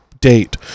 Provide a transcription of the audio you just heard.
date